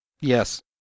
Yes